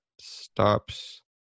stops